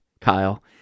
Kyle